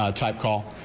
ah type call.